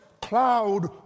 cloud